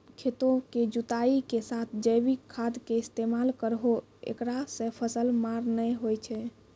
खेतों के जुताई के साथ जैविक खाद के इस्तेमाल करहो ऐकरा से फसल मार नैय होय छै?